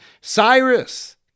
Cyrus